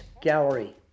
Gallery